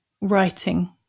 writing